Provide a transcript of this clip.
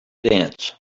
dance